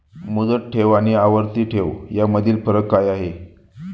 मुदत ठेव आणि आवर्ती ठेव यामधील फरक काय आहे?